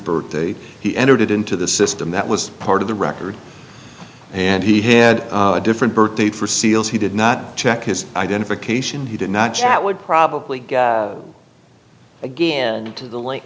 birthday he entered it into the system that was part of the record and he had a different birth date for seals he did not check his identification he did not chat would probably go again into the l